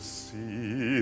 see